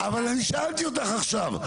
אבל אני שאלתי אותך עכשיו,